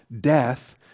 death